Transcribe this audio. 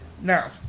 Now